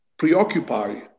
preoccupy